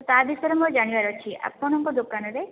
ତା ବିଷୟରେ ମୋର ଜାଣିବାର ଅଛି ଆପଣଙ୍କ ଦୋକାନରେ